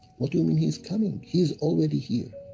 what do you mean, he's coming? he's already here.